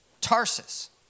Tarsus